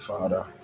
Father